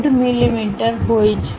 5 મીમી હોય છે